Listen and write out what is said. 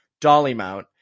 Dollymount